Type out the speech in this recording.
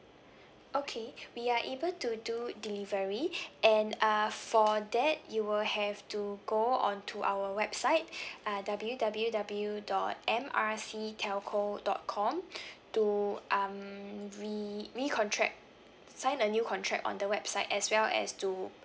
okay we are able to do delivery and uh for that you will have to go on to our website uh W W W dot M R C telco dot com to um re~ recontract sign a new contract on the website as well as to